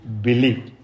believe